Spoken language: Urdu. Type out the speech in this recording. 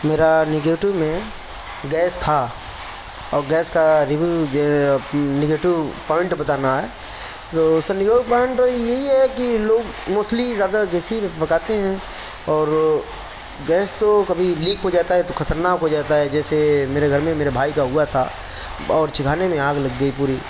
میرا نگیٹیو میں گیس تھا اور گیس کا ریویو نگیٹو پوائنٹ بتانا ہے تو اِس کا نگیٹو پوائنٹ تو یہی ہے کہ لوگ موسٹلی زیادہ گیس ہی میں پکاتے ہیں اور گیس تو کبھی لِیک ہو جاتا ہے تو خطرناک ہو جاتا ہے جیسے میرے گھر میں میرے بھائی کا ہُوا تھا باورچی خانے میں آگ لگ گئی پوری